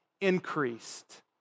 increased